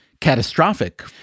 catastrophic